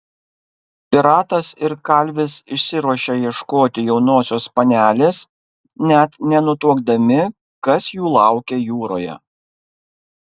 piratas ir kalvis išsiruošia ieškoti jaunosios panelės net nenutuokdami kas jų laukia jūroje